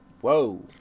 Whoa